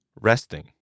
Resting